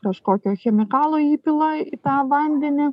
kažkokio chemikalo įpila į tą vandenį